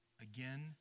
again